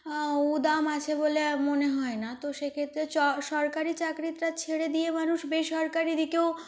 উদাম আছে বলে মনে হয় না তো সেক্ষেত্রে চ সরকারি চাকরিটা ছেড়ে দিয়ে মানুষ বেসরকারি দিকেও